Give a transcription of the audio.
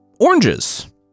oranges